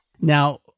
Now